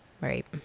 Right